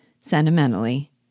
Sentimentally